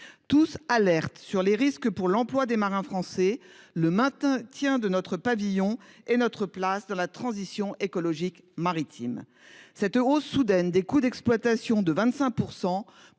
que fait peser cette réforme sur l’emploi des marins français, sur le maintien de notre pavillon et sur notre place dans la transition écologique maritime. Cette hausse soudaine des coûts d’exploitation de 25